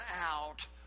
out